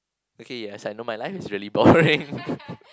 okay as I know my life is really boring